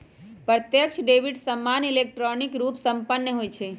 प्रत्यक्ष डेबिट सामान्य electronic RuPay संपन्न होइ छइ